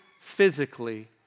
physically